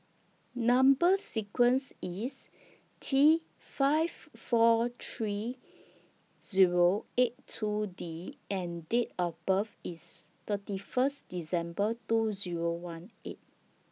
Number sequence IS T seven five four three Zero eight two D and Date of birth IS thirty First December two Zero one eight